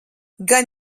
gan